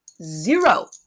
zero